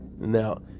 Now